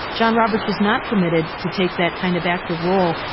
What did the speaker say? john roberts was not permitted to take that kind of active role.